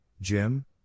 Jim